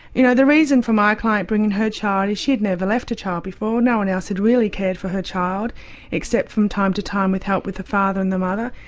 you know, the reason for my client bringing her child is she had never left her child before, no one else had really cared for her child except from time to time with help with the father and the mother.